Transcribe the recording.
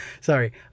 sorry